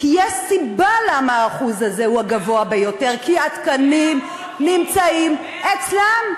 כי יש סיבה למה האחוז הזה הוא הגבוה ביותר: כי התקנים נמצאים אצלם.